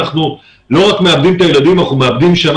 אנחנו לא רק מאבדים את הילדים אלא אנחנו מאבדים